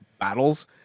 battles